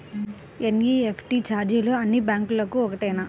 NEFT ఛార్జీలు అన్నీ బ్యాంక్లకూ ఒకటేనా?